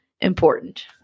important